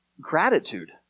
gratitude